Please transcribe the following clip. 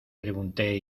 pregunté